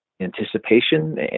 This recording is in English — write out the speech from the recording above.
Anticipation